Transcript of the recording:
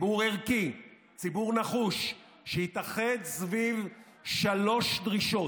ציבור ערכי, ציבור נחוש שהתאחד סביב שלוש דרישות: